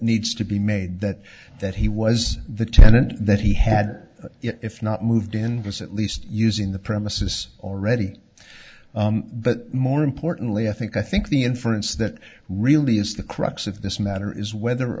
needs to be made that that he was the tenant that he had if not moved in with at least using the premises already but more importantly i think i think the inference that really is the crux of this matter is whether